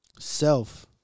Self